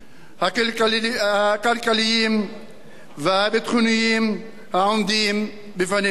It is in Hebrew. הכלכליים והביטחוניים העומדים בפנינו.